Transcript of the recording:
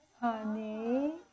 honey